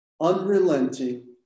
unrelenting